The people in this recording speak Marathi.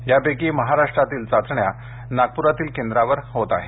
यापैकी महाराष्ट्रातील चाचण्या नागप्रातील केंद्रावर चाचण्या होत आहे